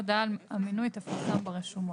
הודעה על המינוי תפורסם ברשומות.